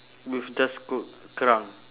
with just c~ kerang